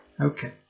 Okay